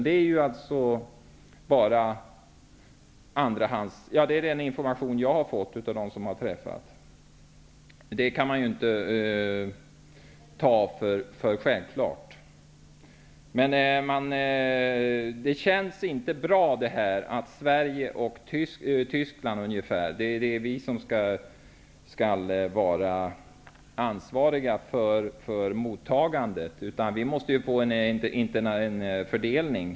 Det är den information som jag har fått, men den kan man ju inte ta för självklar. Det känns inte bra att det är Sverige och Tyskland som skall vara ansvariga för mottagandet. Det måste bli en internationell fördelning.